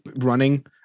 running